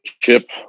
Chip